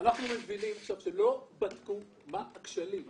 מבינים שלא בדקו מה הכשלים.